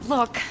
Look